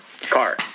Car